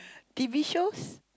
t_v shows